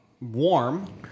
warm